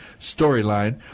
storyline